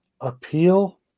appeal